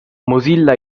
mozilla